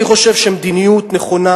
אני חושב שמדיניות חברתית נכונה,